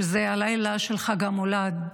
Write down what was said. זה הלילה של חג המולד,